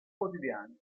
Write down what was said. quotidiani